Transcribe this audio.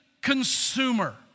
consumer